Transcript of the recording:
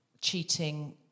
cheating